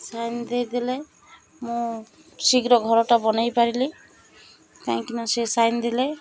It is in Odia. ସାଇନ୍ ଦେଇଦେଲେ ମୁଁ ଶୀଘ୍ର ଘରଟା ବନେଇ ପାରିଲି କାହିଁକିନା ସେ ସାଇନ୍ ଦେଲେ